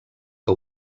que